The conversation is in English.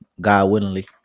God-willingly